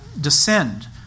descend